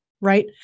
right